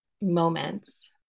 moments